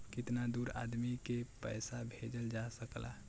कितना दूर आदमी के पैसा भेजल जा सकला?